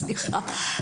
סליחה,